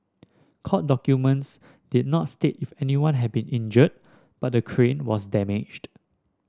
court documents did not state if anyone had been injured but the crane was damaged